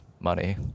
money